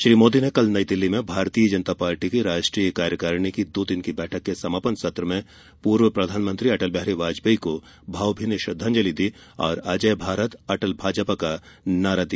श्री मोदी ने कल नई दिल्ली में भारतीय जनता पार्टी की राष्ट्रीय कार्यकारिणी की दो दिन की बैठक के समापन सत्र में पूर्व प्रधानमंत्री अटल बिहारी वाजपेयी को भावभीनी श्रद्धांजलि दी और अजेय भारत अटल भाजपा का नया नारा दिया